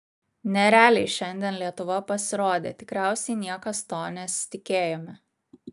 nerealiai šiandien lietuva pasirodė tikriausiai niekas to nesitikėjome